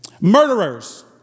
Murderers